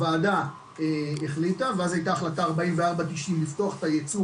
הוועדה החליטה ואז הייתה החלטה 44/90 לפתוח את הייצוא